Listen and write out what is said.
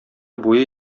буе